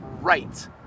right